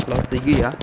hello ஸ்விக்கியா